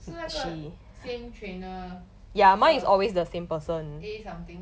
是那个 same trainer uh A something